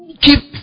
Keep